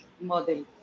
model